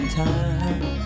time